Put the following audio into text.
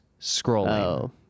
scrolling